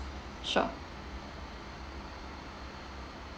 sure